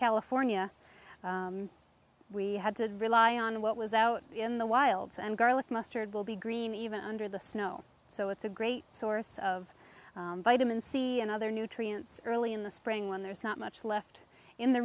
california we had to rely on what was out in the wilds and garlic mustard will be green even under the snow so it's a great source of vitamin c and other nutrients early in the spring when there's not much left in the